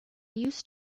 used